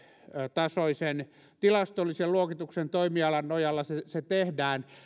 tasoisen tilastollisen luokituksen tai toimialan nojalla se se tehdään